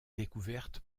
découvertes